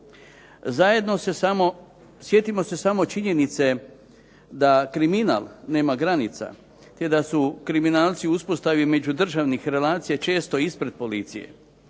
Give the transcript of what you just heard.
zadaća. Sjetimo se samo činjenice da kriminal nema granica te da su kriminalci u uspostavi međudržavnih relacija često ispred policije.